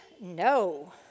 No